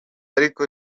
ariko